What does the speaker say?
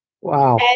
wow